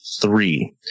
three